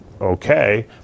okay